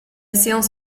séance